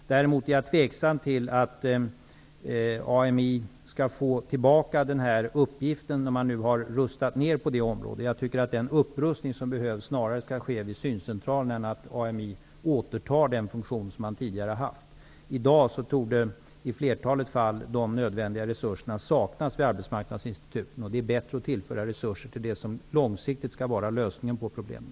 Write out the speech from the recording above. Däremot är jag tveksam till att AMI skall få tillbaka denna uppgift när man nu har rustat ned på detta område. Jag tycker att den upprustning som behövs snarare skall ske vid syncentralerna än att AMI återtar den funktion som man tidigare har haft. I dag torde, i flertalet fall, de nödvändiga resurserna saknas vid arbetsmarknadsinstituten. Det är därför bättre att tillföra resurser till det som långsiktigt skall vara lösningen på problemen.